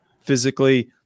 physically